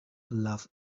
love